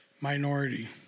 minority